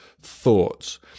thoughts